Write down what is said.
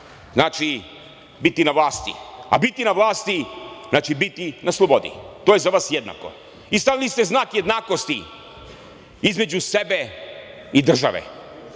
znači biti na vlasti, a biti na vlasti znači biti na slobodi. To je za vas jednako. Stavili ste znak jednakosti između sebe i države.